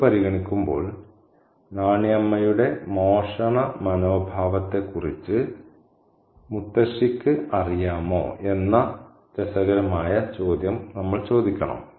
ഇത് പരിഗണിക്കുമ്പോൾ നാണി അമ്മയുടെ മോഷണ മനോഭാവത്തെക്കുറിച്ച് മുത്തശ്ശിയ്ക്ക് അറിയാമോ എന്ന ഈ രസകരമായ ചോദ്യം നമ്മൾ ചോദിക്കണം